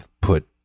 put